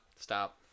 stop